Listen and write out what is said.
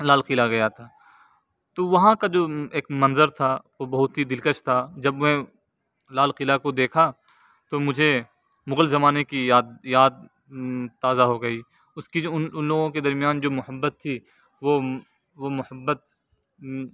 لال قلعہ گیا تھا تو وہاں کا جو ایک منظر تھا وہ بہت ہی دلکش تھا جب میں لال قلعہ کو دیکھا تو مجھے مغل زمانے کی یاد یاد تازہ ہو گئی اس کی جو ان ان لوگوں کے درمیان جو محبت تھی وہ محبت